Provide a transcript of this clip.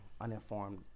uninformed